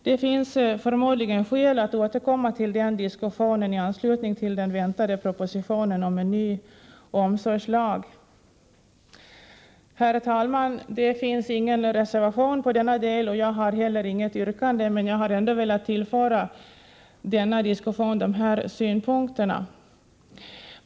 Det finns förmodligen skäl att återkomma till den diskussionen i anslutning till den väntade propositionen om en ny omsorgslag. Herr talman! Det finns ingen reservation på denna del och jag har heller inget yrkande, men jag har ändå velat tillföra denna diskussion de här synpunkterna.